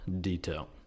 detail